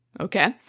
okay